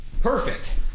Perfect